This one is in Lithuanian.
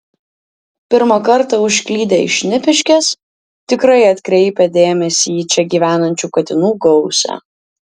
pirmą kartą užklydę į šnipiškes tikrai atkreipia dėmesį į čia gyvenančių katinų gausą